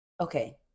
okay